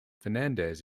fernandez